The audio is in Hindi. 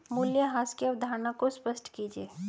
मूल्यह्रास की अवधारणा को स्पष्ट कीजिए